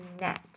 net